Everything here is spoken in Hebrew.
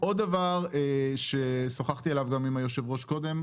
עוד דבר ששוחחתי עליו גם עם היו"ר קודם,